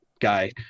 guy